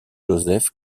joseph